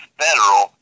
federal